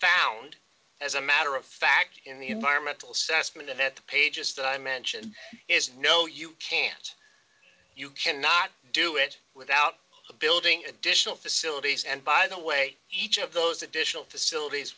found as a matter of fact in the environmental sense monette the pages that i mentioned is no you can't you cannot do it without the building additional facilities and by the way each of those additional facilities